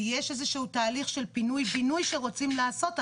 כי יש איזה תהליך של פינוי-בינוי שרוצים לעשות,